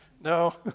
No